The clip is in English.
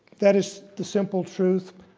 that is the simple truth.